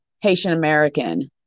Haitian-American